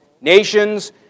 nations